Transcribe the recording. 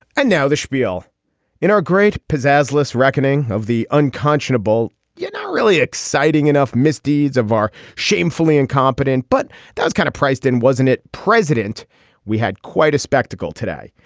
and now the schpiel in our great pizzazz lis reckoning of the unconscionable yet really exciting enough misdeeds of our shamefully incompetent, but that's kind of priced in, wasn't it? president we had quite a spectacle today,